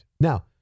Now